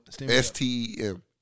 S-T-E-M